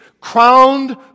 crowned